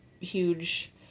huge